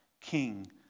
king